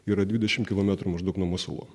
yra dvidešimt kilometrų maždaug nuo masulo